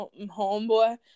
Homeboy